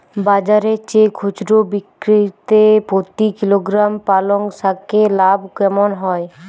বাজারের চেয়ে খুচরো বিক্রিতে প্রতি কিলোগ্রাম পালং শাকে লাভ কেমন হয়?